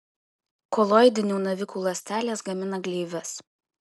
koloidinių navikų ląstelės gamina gleives